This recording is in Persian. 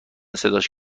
صداش